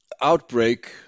outbreak